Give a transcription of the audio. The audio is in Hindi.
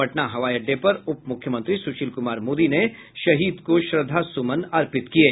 पटना हवाई अड्डे पर उप मुख्यमंत्री सुशील कुमार मोदी ने शहीद को श्रद्धा सुमन अर्पित किये